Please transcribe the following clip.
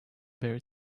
very